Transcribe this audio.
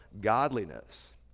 godliness